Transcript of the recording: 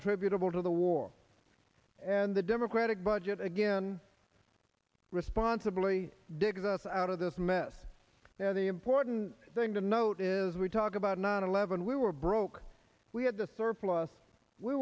attributable to the war and the democratic budget again responsibly dig us out of this mess now the important thing to note is we talk about nine eleven we were broke we had the surplus we